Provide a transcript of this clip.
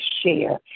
share